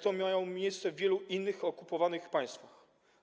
co miało miejsce w wielu innych okupowanych państwach.